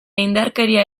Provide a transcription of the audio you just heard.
indarkeria